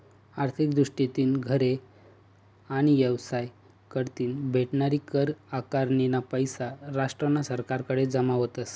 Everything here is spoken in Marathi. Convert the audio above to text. आर्थिक दृष्टीतीन घरे आणि येवसाय कढतीन भेटनारी कर आकारनीना पैसा राष्ट्रना सरकारकडे जमा व्हतस